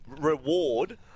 reward